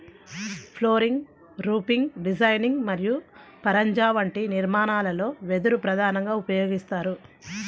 flooring, roofing designing మరియు పరంజా వంటి నిర్మాణాలలో వెదురు ప్రధానంగా ఉపయోగిస్తారు